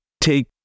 take